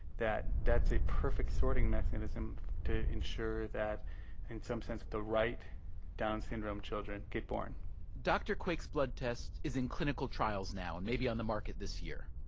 that that's a perfect sorting mechanism to ensure that in some sense the right down syndrome children get born dr. quake's blood test is in clinical trials now, and may be on the market this year.